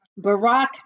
Barack